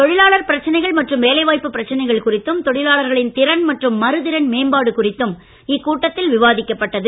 தொழிலாளர் பிரச்சனைகள் மற்றும் வேலை வாய்ப்பு பிரச்சனைகள் குறித்தும் தொழிலாளர்களின் திறன் மற்றும் மறுதிறன் மேம்பாடு குறித்தும் இக்கூட்டத்தில் விவாதிக்கப்பட்டது